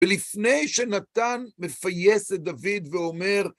ולפני שנתן מפייס את דוד ואומר,